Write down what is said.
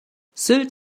sylt